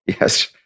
Yes